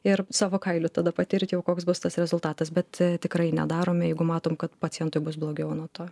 ir savo kailiu tada patirti jau koks bus tas rezultatas bet tikrai nedarome jeigu matom kad pacientui bus blogiau nuo to